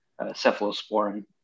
cephalosporin